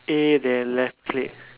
A then left click